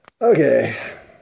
Okay